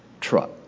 truck